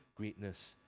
greatness